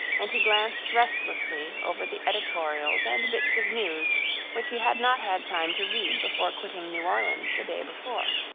and he glanced restlessly over the editorials and bits of news which he had not had time to read before quitting new orleans the day before.